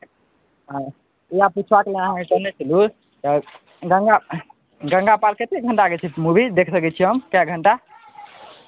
हँ इएह पुछबाक लेल अहाँकेँ कहने छलहुँ तऽ गंगा गंगा पार कतेक घण्टाके छै मूवी देख सकै छियै हम कए घण्टा